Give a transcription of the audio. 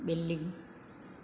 ॿिली